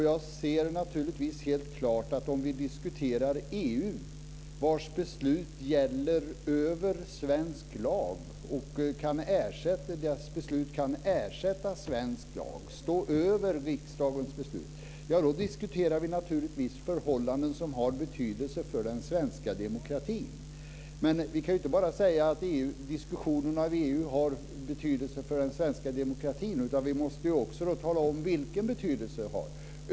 Jag ser naturligtvis helt klart att om vi diskuterar EU - vars beslut gäller över svensk lag, kan ersätta svensk lag och står över riksdagens beslut - så diskuterar vi också förhållanden som har betydelse för den svenska demokratin. Men vi kan inte bara säga att diskussionen om EU har betydelse för den svenska demokratin, utan vi måste också tala om vilken betydelse den har.